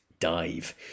Dive